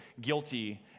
guilty